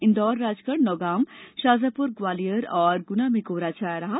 इंदौर राजगढ़ नौगांव शाजापुर ग्वालियर और गुना में कोहरा छाया रहा